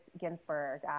Ginsburg